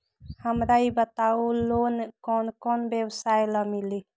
हमरा ई बताऊ लोन कौन कौन व्यवसाय ला मिली?